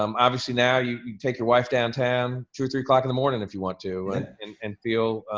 um obviously now you take your wife downtown to three o'clock in the morning if you want to and and and feel,